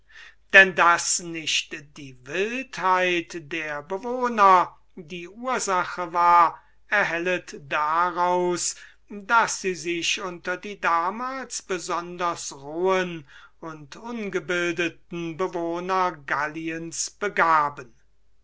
denn daß nicht die wildheit der bewohner die ursache war erhellet daraus daß sie sich unter die damals besonders rohen und ungebildeten bewohner galliens begaben